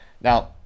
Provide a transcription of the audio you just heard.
Now